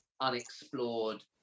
unexplored